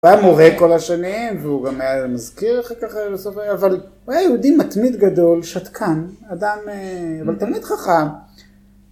הוא היה מורה כל השנים והוא גם היה מזכיר אחר כך לסוף, אבל הוא היה יהודי מתמיד גדול, שתקן, אדם, אבל תלמיד חכם.